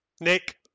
Nick